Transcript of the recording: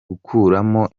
gukuramo